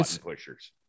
pushers